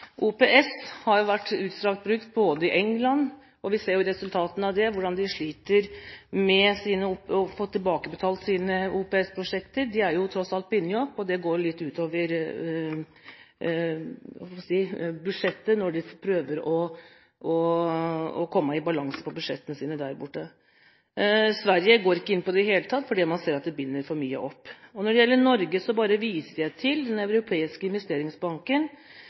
vært utstrakt brukt i England. Vi ser jo resultatene av det – hvordan de sliter med å få tilbakebetalt sine OPS-prosjekter. De er jo tross alt bundet opp, og det går litt ut over budsjettet når de prøver å få dette i balanse der borte. Sverige går ikke inn på dette i det hele tatt, for de ser at det binder opp for mye. Når det gjelder Norge, viser jeg bare til Den europeiske investeringsbanken